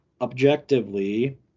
objectively